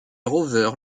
rovers